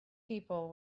people